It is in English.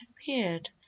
appeared